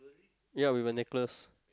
ya with a necklace